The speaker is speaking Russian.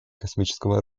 космического